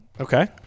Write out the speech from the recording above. Okay